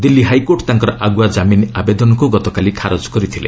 Delhi high court ତାଙ୍କର ଆଗୁଆ ଜାମିନ୍ ଆବେଦନକ୍ ଗତକାଲି ଖାରଜ କରିଥିଲେ